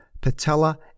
patella